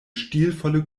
stilvolle